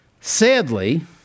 Sadly